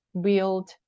build